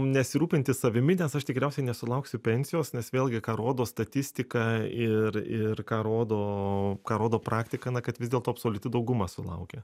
nesirūpinti savimi nes aš tikriausiai nesulauksiu pensijos nes vėlgi ką rodo statistika ir ir ką rodo ką rodo praktika na kad vis dėlto absoliuti dauguma sulaukia